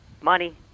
Money